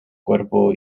cuerpo